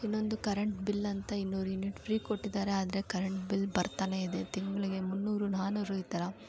ಇನ್ನೊಂದು current bill ಅಂತ ಇನ್ನೂರು ಯುನಿಟ್ ಫ್ರೀ ಕೊಟ್ಟಿದ್ದಾರೆ ಆದರೆ ಕರೆಂಟ್ ಬಿಲ್ ಬರ್ತಾನೇ ಇದೆ ತಿಂಗಳಿಗೆ ಮುನ್ನೂರು ನಾನ್ನೂರು ಈ ಥರ